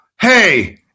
hey